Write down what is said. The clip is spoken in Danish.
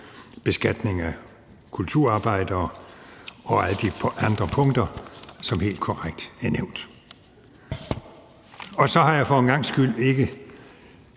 beskatning af kulturarbejdere og alle de andre punkter, som helt korrekt er nævnt. Så har jeg for en gangs skyld ikke